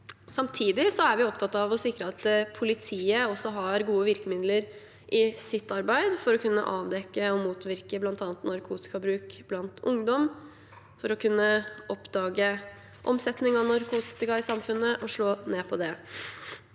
Samtidig er vi opptatt av å sikre at politiet har gode virkemidler i sitt arbeid for å kunne avdekke og motvirke bl.a. narkotikabruk blant ungdom, for å kunne oppdage omsetning av narkotika i samfunnet og slå ned på det.